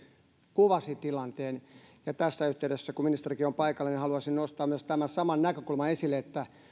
kuvasi tilanteen tässä yhteydessä kun ministerikin on paikalla haluaisin nostaa myös tämän saman näkökulman esille